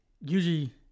usually